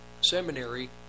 seminary